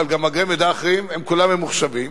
ומאגרי מידע אחרים, כולם ממוחשבים.